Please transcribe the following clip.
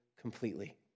completely